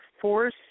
force